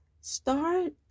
Start